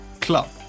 club